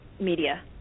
media